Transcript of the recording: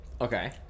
okay